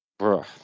Bruh